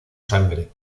sangre